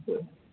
হুম